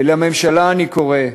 לממשלה אני קורא: